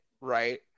right